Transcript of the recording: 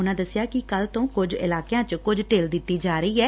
ਉਨੂਾਂ ਦੱਸਿਆ ਕਿ ਕੱਲ੍ਹ ਤੋਂ ਕੁਝ ਇਲਾਕਿਆਂ 'ਚ ਕੁਝ ਢਿੱਲ ਦਿੱਤੀ ਜਾ ਰਹੀ ਏ